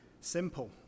simple